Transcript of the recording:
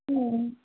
ம்